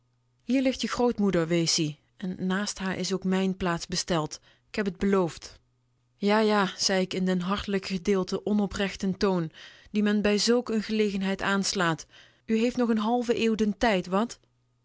hier ligt je grootmoeder wees ie en naast haar is ook mijn plaats besteld ik heb t beloofd ja ja zei ik in den hartelijken gedeeltelijk onoprechten toon dien men bij zulk een gelegenheid aanslaat heeft nog een halve eeuw den tijd wat